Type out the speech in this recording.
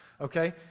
okay